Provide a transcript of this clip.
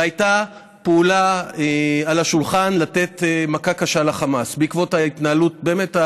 והייתה פעולה על השולחן לתת מכה קשה לחמאס בעקבות ההתנהלות הבאמת,